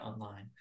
Online